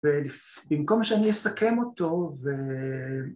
ובמקום שאני אסכם אותו ו...